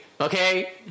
okay